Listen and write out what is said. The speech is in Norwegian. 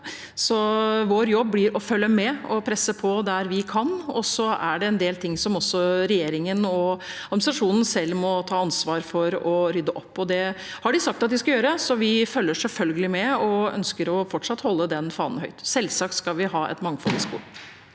Vår jobb blir å følge med og presse på der vi kan, og så er det en del ting som også regjeringen og organisasjonene selv må ta ansvar for å rydde opp i, og det har de sagt at de skal gjøre. Vi følger selvfølgelig med og ønsker fortsatt å holde den fanen høyt. Selvsagt skal vi ha et mangfold i skolen.